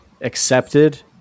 accepted